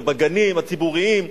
ובגנים הציבוריים,